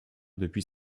depuis